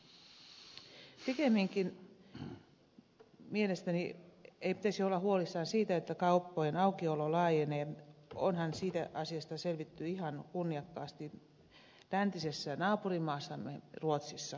mielestäni ei pitäisi olla huolissaan siitä että kauppojen aukiolo laajenee onhan siitä asiasta selvitty ihan kunniakkaasti läntisessä naapurimaassamme ruotsissa